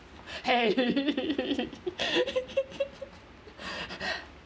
!hey!